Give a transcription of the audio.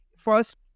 first